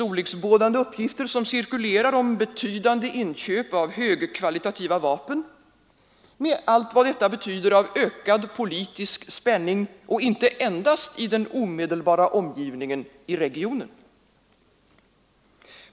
Olycksbådande uppgifter cirkulerar om betydande inköp av högkvalitativa vapen, med allt vad detta betyder av ökad politisk spänning, inte endast i den omedelbara omgivningen i regionen.